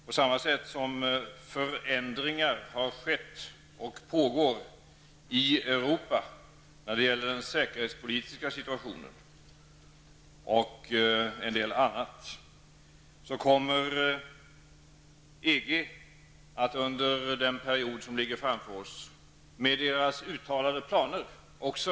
På samma sätt som förändringar har skett och pågår i Europa när det gäller den säkerhetspolitiska situationen kommer EG, under den period som ligger framför oss och med sina uttalade planer, att förändras.